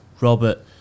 Robert